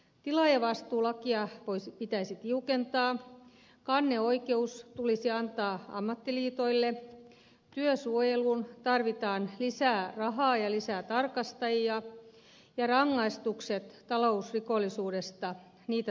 tilaajavastuulakia pitäisi tiukentaa kanneoikeus tulisi antaa ammattiliitoille työsuojeluun tarvitaan lisää rahaa ja lisää tarkastajia ja talousrikollisuuden rangaistuksia tulisi tiukentaa